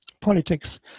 Politics